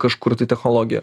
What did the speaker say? kažkur tai technologija